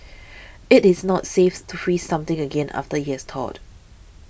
it is not safe to freeze something again after it has thawed